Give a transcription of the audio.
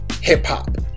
hip-hop